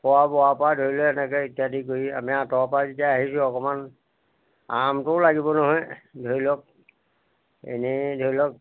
খোৱা বোৱা পৰা ধৰি লৈ এনেকে ইত্যাদি কৰি আমি আঁতৰৰ পৰা যেতিয়া আহিছোঁ অকমান আৰামটোও লাগিব নহয় ধৰি লওক এনেই ধৰি লওক